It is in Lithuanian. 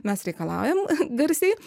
mes reikalaujam garsiai